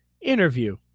interview